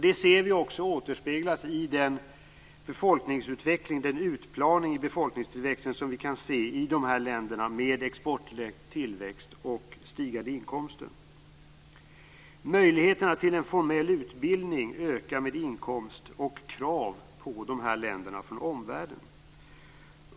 Detta återspeglas också i den utplaning av befolkningstillväxten som vi kan se i dessa länder med exportledd tillväxt och stigande inkomster. Möjligheterna till en formell utbildning ökar med inkomst och krav på de här länderna från omvärlden.